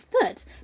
foot